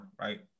right